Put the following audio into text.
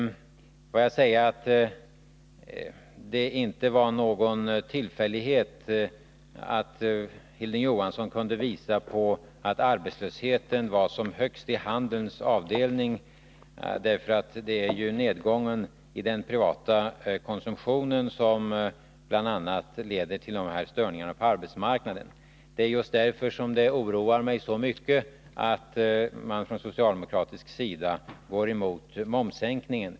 Det är inte någon tillfällighet att Hilding Johansson kunde visa att arbetslösheten var som högst inom Handels avdelning. Det är ju nedgången i den privata konsumtionen som bl.a. leder till de här störningarna på arbetsmarknaden. Det är just därför som det oroar mig så mycket att man från socialdemokratisk sida går emot momssänkningen.